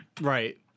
right